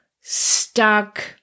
stuck